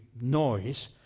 noise